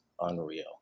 unreal